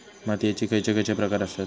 मातीयेचे खैचे खैचे प्रकार आसत?